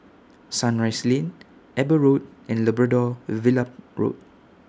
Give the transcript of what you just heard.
Sunrise Lane Eber Road and Labrador Villa Road